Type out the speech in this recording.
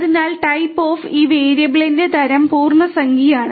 അതിനാൽ ടൈപ്പ്ഓഫ് ഈ വേരിയബിളിന്റെ തരം പൂർണ്ണസംഖ്യയാണ്